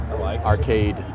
arcade